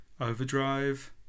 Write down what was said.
Overdrive